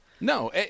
No